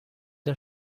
der